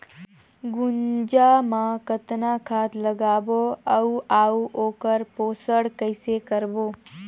गुनजा मा कतना खाद लगाबो अउ आऊ ओकर पोषण कइसे करबो?